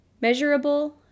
measurable